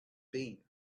been